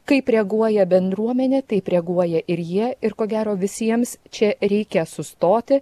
kaip reaguoja bendruomenė taip reaguoja ir jie ir ko gero visiems čia reikia sustoti